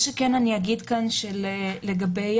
לגבי